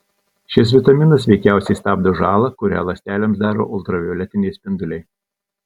šis vitaminas veikiausiai stabdo žalą kurią ląstelėms daro ultravioletiniai spinduliai